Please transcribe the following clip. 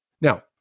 now